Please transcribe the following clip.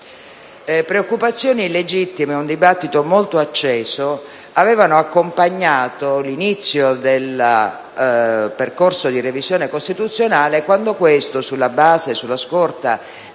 Preoccupazioni legittime e un dibattito molto acceso avevano accompagnato l'inizio del percorso di revisione costituzionale quando questo, sulla scorta